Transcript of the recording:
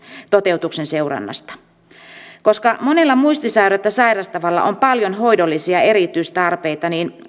toteutuksen seurannasta koska monella muistisairautta sairastavalla on paljon hoidollisia erityistarpeita